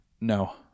no